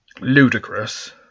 ludicrous